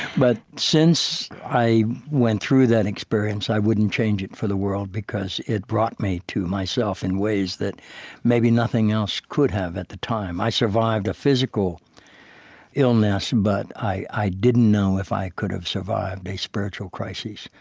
but since i went through that experience, i wouldn't change it for the world, because it brought me to myself in ways that maybe nothing else could have at the time. i survived a physical illness, but i i didn't know if i could've survived a spiritual crisis.